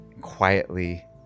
quietly